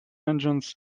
engines